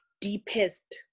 deepest